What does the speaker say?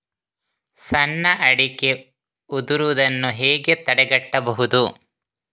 ಸಣ್ಣ ಅಡಿಕೆ ಉದುರುದನ್ನು ಹೇಗೆ ತಡೆಗಟ್ಟಬಹುದು?